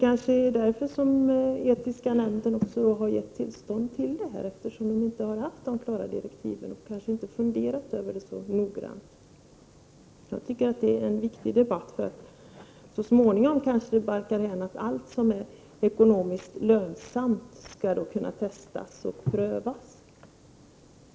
De etiska nämnderna har kanske gett tillstånd till detta, eftersom de inte har haft klara direktiv och kanske inte har funderat över frågan så noggrant. Jag tycker att denna debatt är viktig. Så småningom kanske det barkar därhän att allt som är ekonomiskt lönsamt skall kunna testas och prövas på djur.